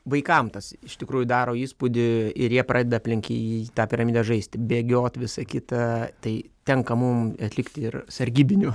vaikam tas iš tikrųjų daro įspūdį ir jie pradeda aplink jį tą piramidę žaisti bėgiot visa kita tai tenka mum atlikti ir sargybinių